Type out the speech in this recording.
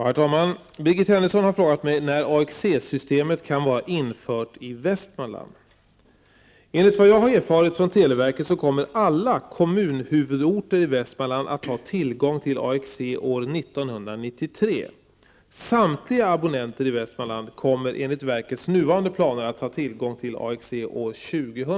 Herr talman! Birgit Henriksson har fråga mig när AXE-systemet kan vara infört i Västmanland. Enligt vad jag har erfarit från televerket kommer alla kommunhuvudorter i Västmanland att ha tillgång till AXE år 1993. Samtliga abonnenter i Västmanland kommer enligt verkets nuvarande planer att ha tillgång till AXE år 2000.